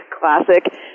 classic